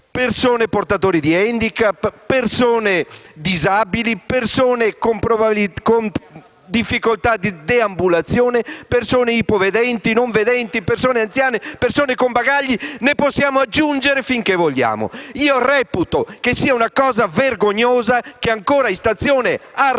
persone portatrici di handicap, delle persone disabili, delle persone con difficoltà di deambulazione, delle persone ipovedenti e non vedenti, delle persone anziane, delle persone con bagagli (ne possiamo aggiungere finché vogliamo). Io reputo che sia una cosa vergognosa che nella stazione di